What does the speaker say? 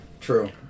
True